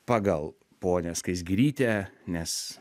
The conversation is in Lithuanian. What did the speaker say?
pagal ponią skaisgirytę nes